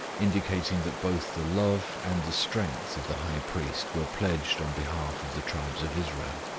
indicating that both the love and the strength of the high priest were pledged on behalf of the tribes of israel.